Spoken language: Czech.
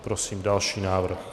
Prosím další návrh.